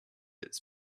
its